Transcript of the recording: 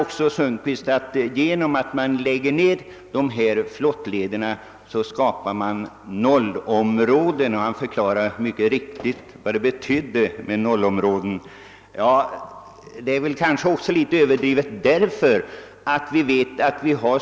Herr Sundkvist säger också att man genom nedläggning av flottlederna skapar nollområden. Herr Sundkvist gav en riktig förklaring vad som menas med nollområden, men annars var även detta påstående något överdrivet.